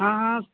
हाँ हाँ